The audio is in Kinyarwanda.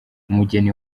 umugeni